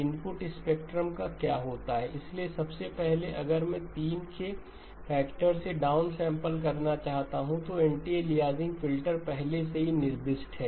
input spectrum का क्या होता है इसलिए सबसे पहले अगर मैं 3 के फैक्टर से डाउनसैंपल करना चाहता हूं तो एंटीएलियासिंग फिल्टर पहले से ही निर्दिष्ट है